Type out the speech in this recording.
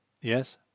Yes